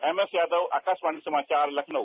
MS Yadav Akashvani समाचार लखनऊ